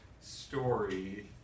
story